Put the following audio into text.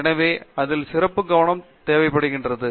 எனவே அதில் சிறப்பு கவனம் நிறைய தேவைப்படும்